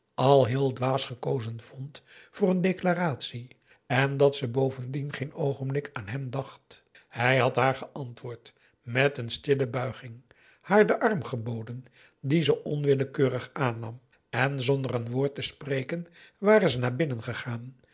al heel dwaas gekozen vond voor een declaratie en dat ze bovendien geen oogenblik aan hem dacht hij had haar geantwoord met een stille buiging haar den arm geboden dien ze onwillekeurig aannam en zonder een woord te spreken waren ze naar binnen gegaan